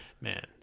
man